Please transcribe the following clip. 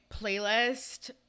playlist